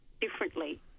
differently